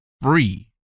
Free